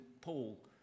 Paul